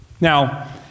Now